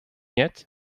yet